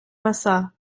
massat